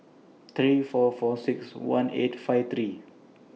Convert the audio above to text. three four four six one eight five three